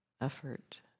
effort